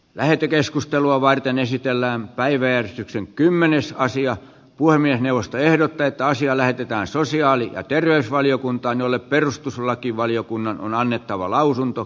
lähetekeskustelua varten esitellään päiväjärjestyksen kymmenessä asiat puhemiesneuvosto ehdottaa että asia lähetetään sosiaali ja terveysvaliokuntaan jolle perustuslakivaliokunnan on annettava lausunto